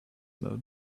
mode